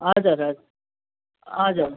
हजुर हजुर हजुर